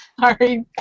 Sorry